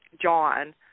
John